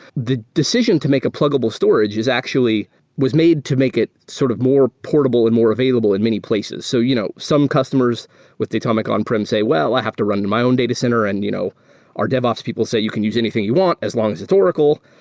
the decision to make a pluggable storage actually was made to make it sort of more portable and more available in many places. so you know some customers with datomic on-prem say, well, i have to run my own data center and you know our devops people say you can use anything you want as long as it's oracle.